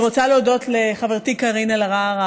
אני רוצה להודות לחברתי קארין אלהרר,